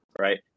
right